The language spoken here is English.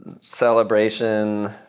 celebration